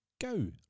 Go